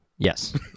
Yes